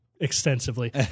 extensively